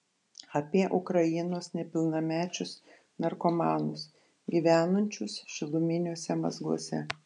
apie ukrainos nepilnamečius narkomanus gyvenančius šiluminiuose mazguose